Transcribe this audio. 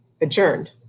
adjourned